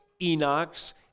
Enoch's